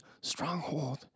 stronghold